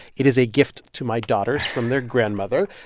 it is a gift to my daughters from their grandmother,